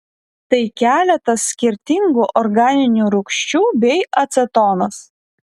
tai keletas skirtingų organinių rūgščių bei acetonas